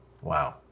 Wow